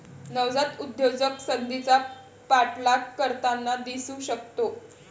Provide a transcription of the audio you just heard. नवजात उद्योजक संधीचा पाठलाग करताना दिसू शकतो